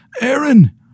Aaron